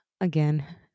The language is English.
again